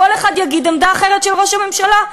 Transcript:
כל אחד יגיד עמדה אחרת של ראש הממשלה.